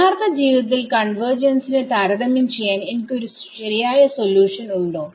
യഥാർത്ഥജീവിതത്തിൽ കൺവേർജൻസിനെതാരതമ്യം ചെയ്യാൻ എനിക്ക് ഒരു ശരിയായ സൊല്യൂഷൻ ഉണ്ടോ